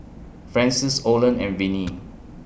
Francis Olen and Vinnie